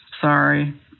Sorry